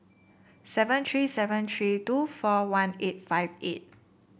seven three seven three two four one eight five eight